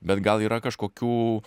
bet gal yra kažkokių